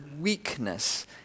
weakness